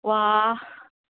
ꯋꯥ